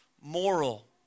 moral